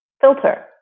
filter